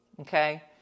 Okay